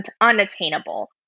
unattainable